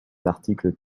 l’article